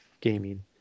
gaming